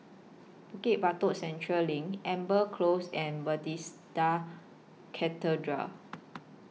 Bukit Batok Central LINK Amber Close and Bethesda Cathedral